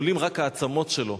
עולות רק העצמות שלו,